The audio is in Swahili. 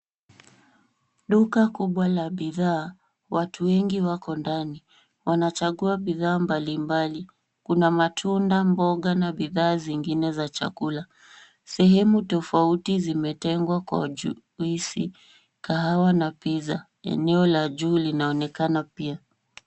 Duka kubwa la bidhaa. Watu wengi wako ndani. Wanachagua bidhaa mbalimbali. Kuna matunda, mboga na bidhaa zingine za chakula. Sehemu tofauti zimetengwa kwa juisi, kahawa na pizza . Eneo la juu linaonekana pia.